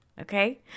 okay